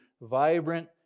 vibrant